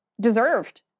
deserved